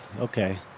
Okay